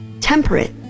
temperate